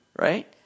right